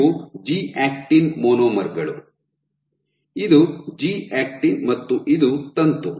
ಇವು G actin ಮೊನೊಮರ್ಗಳು ಇದು ಜಿ ಆಕ್ಟಿನ್ ಮತ್ತು ಇದು ತಂತು